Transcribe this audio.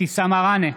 אבתיסאם מראענה,